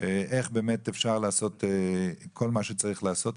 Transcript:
איך באמת אפשר לעשות כל מה שצריך לעשות.